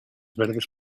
verdes